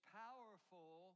powerful